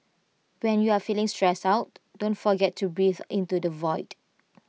when you are feeling stressed out don't forget to breathe into the void